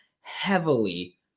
heavily